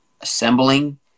assembling